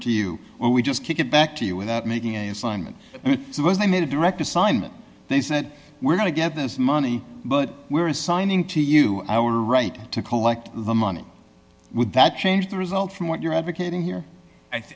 to you well we just kick it back to you without making a assignment so was i made a direct assignment they said we're going to get this money but we're assigning to you our right to collect the money would that change the result from what you're advocating here